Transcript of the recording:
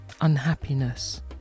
unhappiness